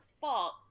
fault